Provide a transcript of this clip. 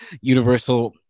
Universal